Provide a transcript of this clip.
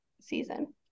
season